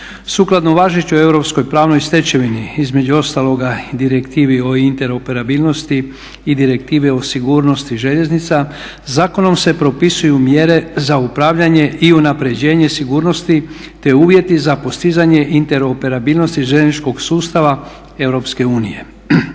Sukladno važećoj europskoj pravnoj stečevini između ostaloga i direktivi o interoperabilnosti i direktivi o sigurnosti željeznica zakonom se propisuju mjere za upravljanje i unaprjeđenje sigurnosti te uvjeti za postizanje interoperabilnosti željezničkog sustava EU.